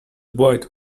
buoyed